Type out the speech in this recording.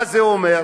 מה זה אומר?